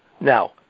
Now